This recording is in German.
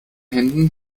händen